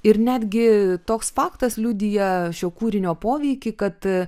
ir netgi toks faktas liudija šio kūrinio poveikį kad